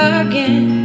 again